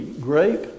grape